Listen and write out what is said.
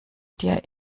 dir